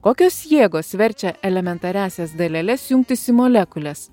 kokios jėgos verčia elementariąsias daleles jungtis į molekules